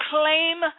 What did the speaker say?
claim